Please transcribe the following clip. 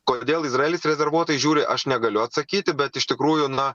kodėl izraelis rezervuotai žiūri aš negaliu atsakyti bet iš tikrųjų na